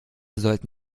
sollten